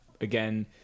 Again